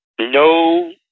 No